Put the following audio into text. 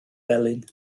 felyn